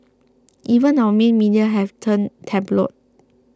even our main media have turned tabloid